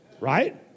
Right